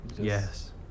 yes